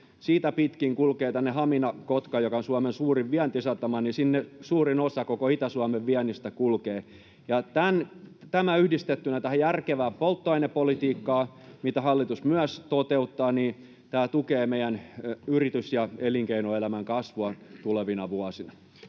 sitä pitkin kulkee Hamina-Kotkaan, joka on Suomen suurin vientisatama, suurin osa koko Itä-Suomen viennistä. Tämä yhdistettynä tähän järkevään polttoainepolitiikkaan, mitä hallitus myös toteuttaa, tukee meidän yritys- ja elinkeinoelämän kasvua tulevina vuosina.